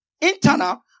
internal